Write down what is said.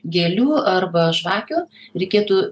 gėlių arba žvakių reikėtų